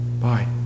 Bye